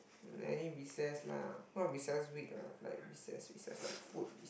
any recess lah not recess week ah like recess recess a lot of food